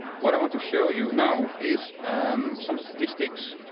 what i want to show you now is some statistics,